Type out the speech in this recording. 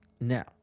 Now